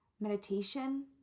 meditation